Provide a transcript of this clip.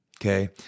Okay